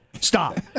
Stop